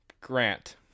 Grant